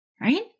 right